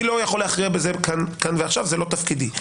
אני לא יכול להכריע בזה כאן ועכשיו זה לא תפקידי,